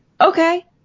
okay